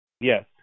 Yes